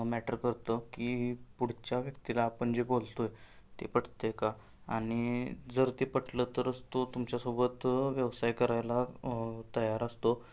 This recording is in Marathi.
मॅटर करतं की पुढच्या व्यक्तीला आपण जे बोलतो आहे ते पटतं आहे का आणि जर ते पटलं तरच तो तुमच्यासोबत व्यवसाय करायला तयार असतो